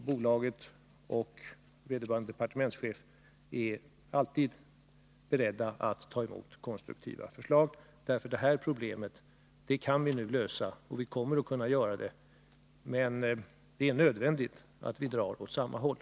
Bolaget och vederbörande departementschef är alltid beredda att ta emot konstruktiva förslag. Det här problemet kan vi nu lösa, och vi kommer att kunna göra det, men det är nödvändigt att vi drar åt samma håll.